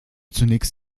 zunächst